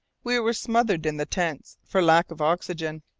we were smothered in the tents, for lack of oxygen.